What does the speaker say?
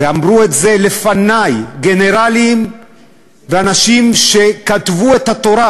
ואמרו את זה לפני, גנרלים ואנשים שכתבו את התורה